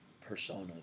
persona